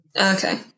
Okay